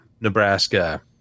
Nebraska